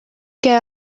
get